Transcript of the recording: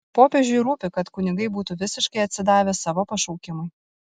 popiežiui rūpi kad kunigai būtų visiškai atsidavę savo pašaukimui